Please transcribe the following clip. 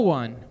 one